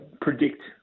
predict